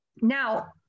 now